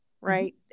right